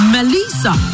Melissa